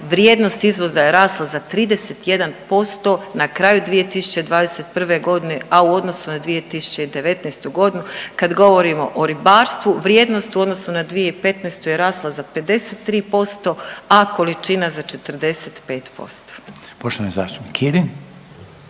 vrijednost izvoza je rasla za 31% na kraju 2021.g., a u odnosu na 2019.g., kad govorimo o ribarstvu vrijednost u odnosu na 2015. je rasla za 53%, a količina za 45%. **Reiner, Željko